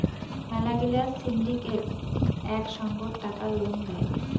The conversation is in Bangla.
মেলা গিলা সিন্ডিকেট এক সঙ্গত টাকা লোন দেয়